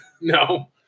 No